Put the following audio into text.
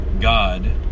God